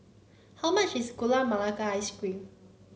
how much is Gula Melaka Ice Cream